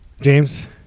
James